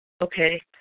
Okay